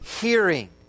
hearing